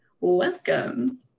Welcome